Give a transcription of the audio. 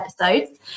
episodes